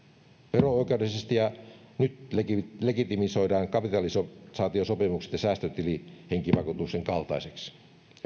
vero oikeudellisesti ja nyt legitimoidaan kapitalisaatiosopimukset ja säästötili henkivakuutuksen kaltaiseksi